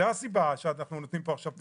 זאת הסיבה שאנחנו נותנים פה עכשיו פיצוי.